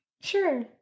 sure